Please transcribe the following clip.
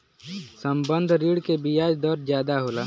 संबंद्ध ऋण के बियाज दर जादा होला